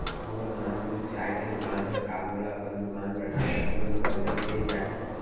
मोर नानकुन चाय के दुकान हे का मोला अपन दुकान बढ़ाये बर तुरंत करजा मिलिस जाही?